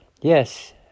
Yes